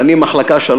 ואני מחלקה 3,